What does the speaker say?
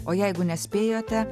o jeigu nespėjote